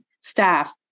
staff